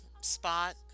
spot